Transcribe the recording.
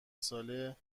ساله